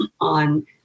on